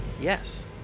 yes